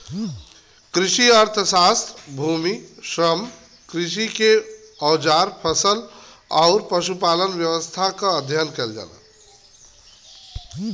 कृषि अर्थशास्त्र भूमि, श्रम, कृषि के औजार फसल आउर पशुपालन व्यवसाय क अध्ययन करला